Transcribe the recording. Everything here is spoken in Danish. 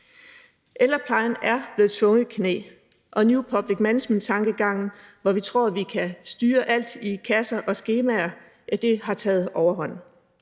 Ældreplejen er blevet tvunget i knæ og new public management-tankegange, hvor vi tror, vi kan styre alt i kasser og skemaer, har taget overhånd.